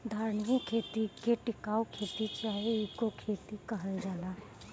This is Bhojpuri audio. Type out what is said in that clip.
धारणीय खेती के टिकाऊ खेती चाहे इको खेती कहल जाला